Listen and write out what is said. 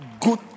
good